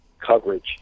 coverage